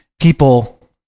people